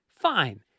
fine